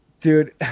dude